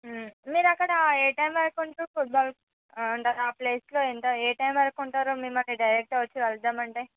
మీరు అక్కడ ఏ టైం వరకు ఉంటారు ఫుట్బాల్ అంటే ఆ ప్లేస్లో ఎంత ఏ టైం వరకు ఉంటారు మిమ్మల్ని డైరెక్ట్గా వచ్చి కలుద్దాం అంటే